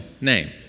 name